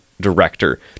director